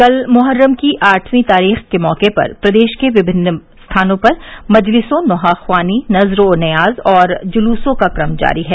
कल मोहर्रम की आठवीं तारीख़ के मौके पर प्रदेश के विभिन्न स्थानों पर मजलिसों नौहाख्वानी नज़ ओ नयाज़ और जुलुसों का क्रम जारी है